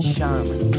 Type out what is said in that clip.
Shaman